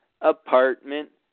Apartment